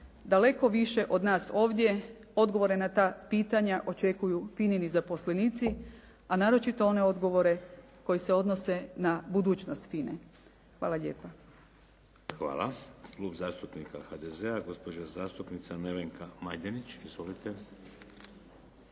Daleko više od nas ovdje odgovore na ta pitanja očekuju FINA-ini zaposlenici a naročito one odgovore koji se odnose na budućnost FINA-e. Hvala lijepa.